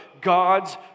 God's